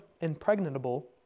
impregnable